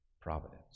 providence